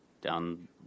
down